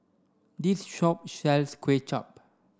this shop sells Kuay Chap